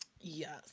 yes